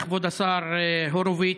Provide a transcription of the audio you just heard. כבוד השר הורוביץ,